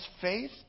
faith